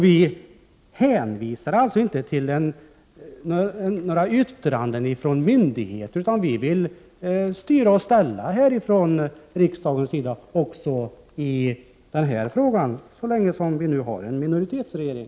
Vi hänvisar således inte till några yttranden ifrån myndigheter, utan vi vill styra och ställa ifrån riksdagens sida även i denna fråga, så länge som vi har en minoritetsregering.